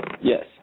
Yes